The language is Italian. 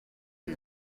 che